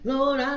Lord